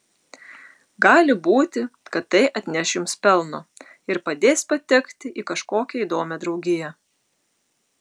gali būti kad tai atneš jums pelno ir padės patekti į kažkokią įdomią draugiją